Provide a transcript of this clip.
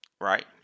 right